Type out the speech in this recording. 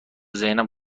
ذهنم